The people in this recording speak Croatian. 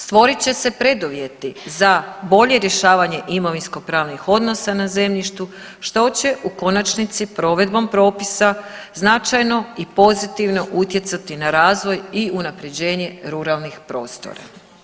Stvorit će se preduvjeti za bolje rješavanje imovinsko-pravnih odnosa na zemljištu što će u konačnici provedbom propisa značajno i pozitivno utjecati na razvoj i unapređenje ruralnih prostora.